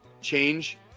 change